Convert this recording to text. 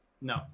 No